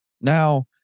Now